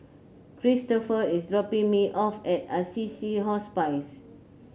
Cristopher is dropping me off at Assisi Hospice